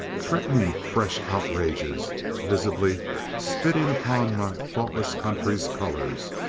threatening fresh outrages, visibly spitting upon my faultless country's colors.